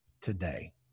today